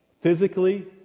physically